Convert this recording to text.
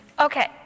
Okay